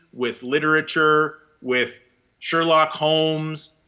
with literature, with sherlock holmes,